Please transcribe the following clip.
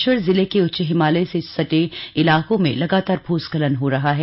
बागेश्वर जिले उच्च हिमालय से सटे इलाकों में लगातार भूस्खलन हो रहा है